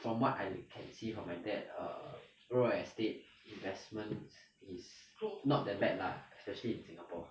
from what I can see from my dad err real estate investments is not that bad lah especially in singapore